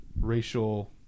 racial